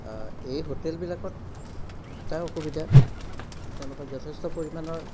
এই হোটেলবিলাকত এটাই অসুবিধা তেওঁলোকৰ যথেষ্ট পৰিমাণৰ